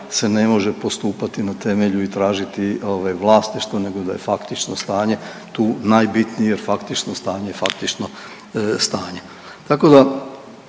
se ne može postupati na temelju i tražiti ove vlasti što nego da je faktično stanje tu najbitnije jer faktično stanje je faktično stanje. Tako da